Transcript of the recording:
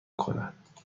کند